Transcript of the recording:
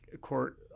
court